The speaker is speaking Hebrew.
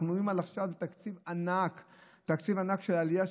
אנחנו מדברים על תקציב ענק של עלייה,